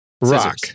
Rock